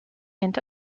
into